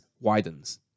widens